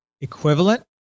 equivalent